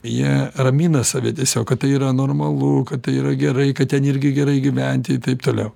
jie ramina save tiesiog kad tai yra normalu kad tai yra gerai kad ten irgi gerai gyventi ir taip toliau